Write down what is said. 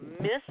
miss